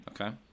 okay